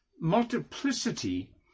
multiplicity